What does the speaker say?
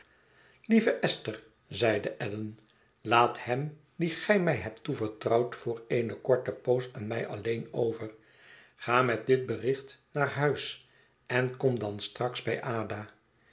lieve esther zeide allan laat hem dien gij mij hebt toevertrouwd voor eene korte poos aan mij alleen over ga met dit bericht naar huis en kom dan straks bij ada